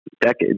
decades